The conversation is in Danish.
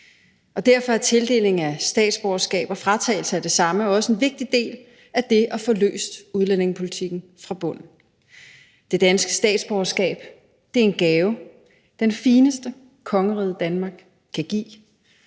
Derfor er tildelingen af statsborgerskaber og fratagelse af det samme også en vigtig del af det at få løst udlændingepolitikken fra bunden. Det danske statsborgerskab er en gave, den fineste, kongeriget Danmark kan give,